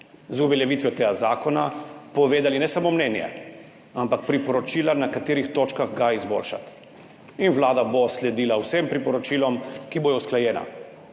z uveljavitvijo tega zakona povedali ne samo mnenje, ampak priporočila, na katerih točkah ga izboljšati, in Vlada bo sledila vsem priporočilom, ki bodo usklajena.